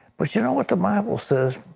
but you know what the bible says,